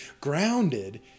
grounded